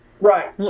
Right